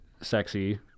sexy